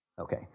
Okay